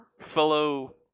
fellow